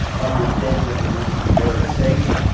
understanding that we need to be very safe.